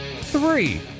three